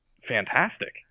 fantastic